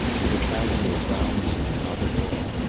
and the casual roundsman not at all.